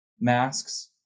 masks